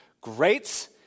great